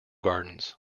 gardens